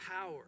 power